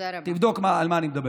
תבדוק על מה אני מדבר.